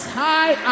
high